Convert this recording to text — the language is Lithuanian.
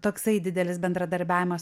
toksai didelis bendradarbiavimas